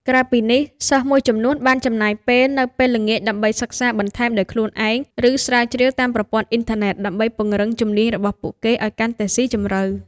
ក្រៅពីនេះ សិស្សមួយចំនួនបានចំណាយពេលនៅពេលល្ងាចដើម្បីសិក្សាបន្ថែមដោយខ្លួនឯង ឬស្រាវជ្រាវតាមប្រព័ន្ធអ៊ីនធឺណិតដើម្បីពង្រឹងជំនាញរបស់ពួកគេឱ្យកាន់តែស៊ីជម្រៅ។